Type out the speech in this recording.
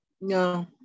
no